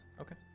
okay